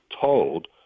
told